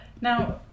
Now